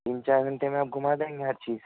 تین چار گھنٹے میں آپ گھوما دیں گے ہر چیز